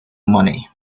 money